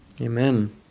Amen